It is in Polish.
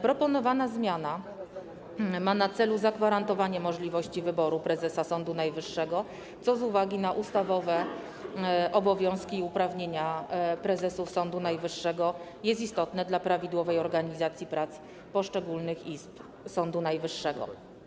Proponowana zmiana ma na celu zagwarantowanie możliwości wyboru prezesa Sądu Najwyższego, co z uwagi na ustawowe obowiązki i uprawnienia prezesów Sądu Najwyższego jest istotne dla prawidłowej organizacji prac poszczególnych izb Sądu Najwyższego.